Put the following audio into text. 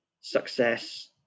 success